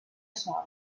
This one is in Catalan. sol